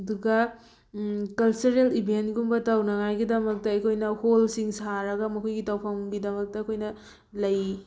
ꯑꯗꯨꯒ ꯀꯜꯆꯔꯦꯜ ꯏꯚꯦꯟꯒꯨꯝꯕ ꯇꯧꯅꯉꯥꯏꯒꯤꯗꯃꯛꯇ ꯑꯩꯈꯣꯏꯅ ꯍꯣꯜꯁꯤꯡ ꯁꯥꯔꯒ ꯃꯈꯣꯏꯒꯤ ꯇꯧꯐꯝꯒꯤꯗꯃꯇ ꯑꯩꯈꯣꯏꯅ ꯂꯩ